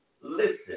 Listen